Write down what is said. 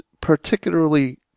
particularly